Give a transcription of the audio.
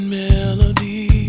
melody